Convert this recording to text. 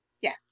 Yes